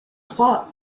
trois